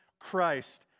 Christ